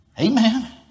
Amen